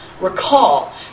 recall